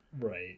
Right